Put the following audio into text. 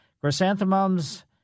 Chrysanthemums